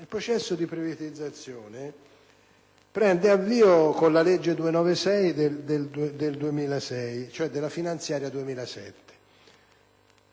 il processo di privatizzazione prende avvio con la legge n. 296 del 2006 (la finanziaria del